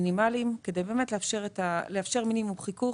מינימליים, כדי לאפשר מינימום חיכוך.